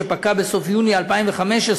שפקעה בסוף יוני 2015,